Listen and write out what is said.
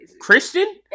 Christian